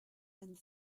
and